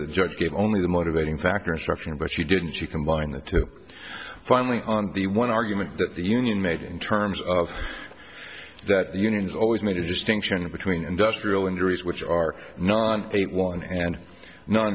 that judge gave only the motivating factor instruction but she didn't she combine the two finally on the one argument that the union made in terms of that unions always made a distinction between industrial injuries which are not on a one and non